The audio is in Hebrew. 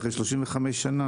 אחרי 35 שנה,